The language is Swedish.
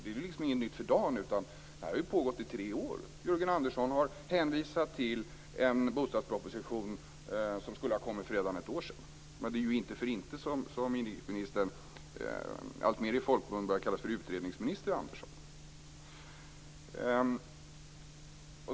Och det är inget nytt för dagen, utan det har pågått i tre år. Jörgen Andersson har hänvisat till en bostadspolitisk proposition som skulle ha kommit redan för ett år sedan. Men det är inte för inte som inrikesministern alltmer i folkmun har börjat att kallas för utredningsminister Andersson.